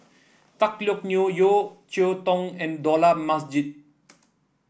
Tan Teck Neo Yeo Cheow Tong and Dollah Majid